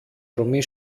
ορμή